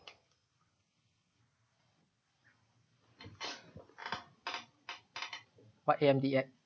what A_M_B_X